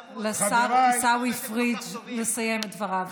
אנא תנו לשר עיסאווי פריג' לסיים את דבריו.